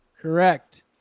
Correct